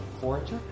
forager